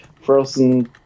Frozen